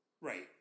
Right